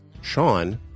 Sean